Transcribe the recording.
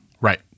Right